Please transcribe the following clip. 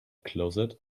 closet